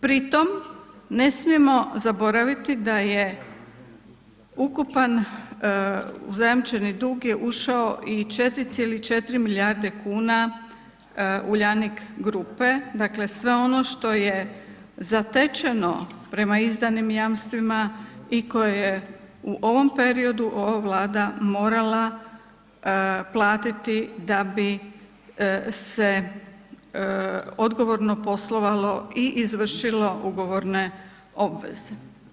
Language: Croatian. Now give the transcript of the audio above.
Pri tom ne smijemo zaboraviti da je ukupan u zajamčeni dug je ušao i 4,4 milijarde kuna Uljanik grupe, dakle sve ono što je zatečeno prema izdanim jamstvima i koje je u ovom periodu ova Vlada morala platiti da bi se odgovorno poslovalo i izvršilo ugovorne obveze.